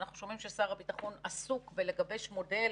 אנחנו שומעים ששר הביטחון עסוק בלגבש מודל